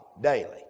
daily